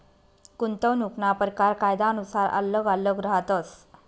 गुंतवणूकना परकार कायनुसार आल्लग आल्लग रहातस